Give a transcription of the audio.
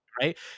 right